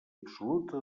absoluta